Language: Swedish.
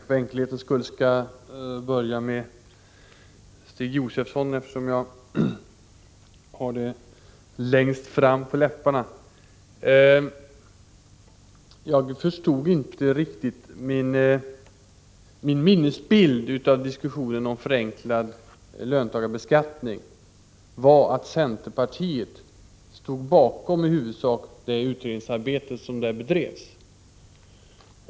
Herr talman! Jag skall för enkelhetens skull börja med Stig Josefson, eftersom jag har det som jag skall säga till honom längst fram på tungan. Jag förstod inte riktigt Stig Josefson. Min minnesbild av diskussionen om förenklad löntagarbeskattning var att centerpartiet i huvudsak stod bakom det utredningsarbete som då bedrevs.